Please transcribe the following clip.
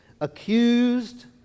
accused